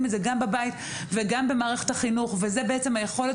את זה גם בבית וגם במערכת החינוך וזאת בעצם היכולת